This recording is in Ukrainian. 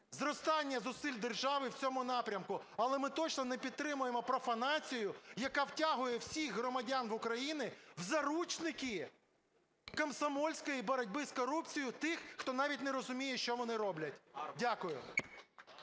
зростання зусиль держави в цьому напрямку, але ми точно не підтримаємо профанацію, яка втягує всіх громадян України в заручники комсомольської боротьби з корупцією тих, хто навіть не розуміє, що вони роблять. Дякую.